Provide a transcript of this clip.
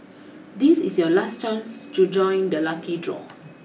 this is your last chance to join the lucky draw